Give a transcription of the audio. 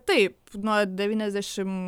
taip nuo devyniasdešim